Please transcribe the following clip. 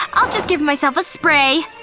i'll just give myself a spray